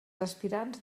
aspirants